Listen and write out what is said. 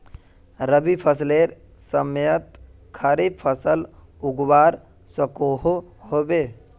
रवि फसलेर समयेत खरीफ फसल उगवार सकोहो होबे?